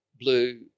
blue